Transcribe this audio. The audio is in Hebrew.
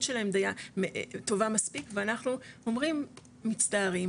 שלהם טובה מספיק ואנחנו אומרים: 'מצטערים,